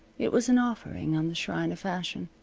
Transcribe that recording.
it was an offering on the shrine of fashion,